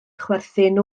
chwerthin